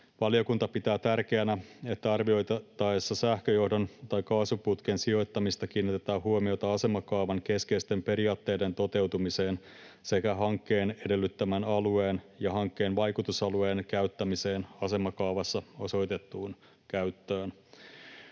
Valiokunta pitää tärkeänä, että arvioitaessa sähköjohdon tai kaasuputken sijoittamista kiinnitetään huomiota asemakaavan keskeisten periaatteiden toteutumiseen sekä hankkeen edellyttämän alueen ja hankkeen vaikutusalueen käyttämiseen asemakaavassa osoitettuun käyttöön.